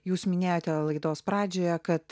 jūs minėjote laidos pradžioje kad